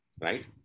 right